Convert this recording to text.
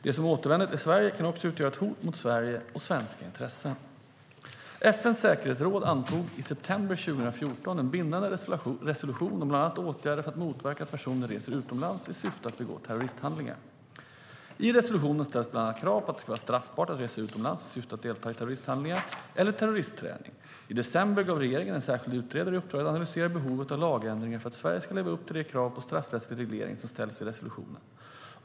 De som återvänder till Sverige kan också utgöra ett hot mot Sverige och svenska intressen. FN:s säkerhetsråd antog i september 2014 en bindande resolution om bland annat åtgärder för att motverka att personer reser utomlands i syfte att begå terroristhandlingar. I resolutionen ställs bland annat krav på att det ska vara straffbart att resa utomlands i syfte att delta i terroristhandlingar eller terroristträning. I december gav regeringen en särskild utredare i uppdrag att analysera behovet av lagändringar för att Sverige ska leva upp till de krav på straffrättslig reglering som ställs i resolutionen.